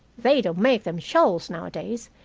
they don't make them shawls nowadays,